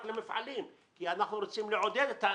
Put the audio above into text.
למפעלים כי אנחנו רוצים לעודד את האנשים.